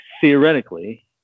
theoretically